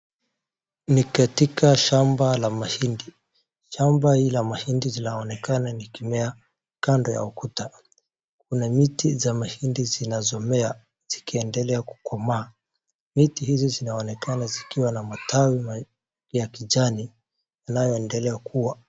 Ni katika shamba la mahindi. Shamba hili la mahindi linaonekana likimea kando ya ukuta. Kuna miti za mahindi zinazomea zikiendelea kukomaa. Miti hizi zinaonekana zikiwa na matawi ya kijani inayoendelea kua.